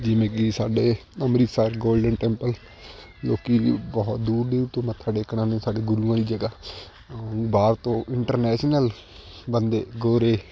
ਜਿਵੇਂ ਕਿ ਸਾਡੇ ਅੰਮ੍ਰਿਤਸਰ ਗੋਲਡਨ ਟੈਂਪਲ ਲੋਕ ਬਹੁਤ ਦੂਰ ਦੂਰ ਤੋਂ ਮੱਥਾ ਟੇਕਣ ਆਉਂਦੇ ਸਾਡੇ ਗੁਰੂਆਂ ਦੀ ਜਗ੍ਹਾ ਬਾਹਰ ਤੋਂ ਇੰਟਰਨੈਸ਼ਨਲ ਬੰਦੇ ਗੋਰੇ